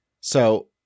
So-